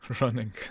Running